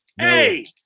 hey